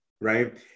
right